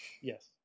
Yes